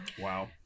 Wow